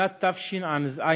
שנת תשע"ז,